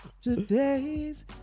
today's